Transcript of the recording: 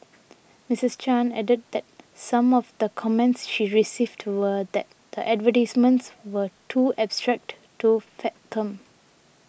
Mistreess Chan added that some of the comments she received were that the advertisements were too abstract to fathom